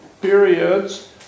periods